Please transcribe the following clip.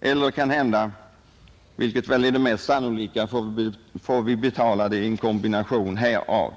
eller kanhända — vilket är det mest sannolika — en kombination härav.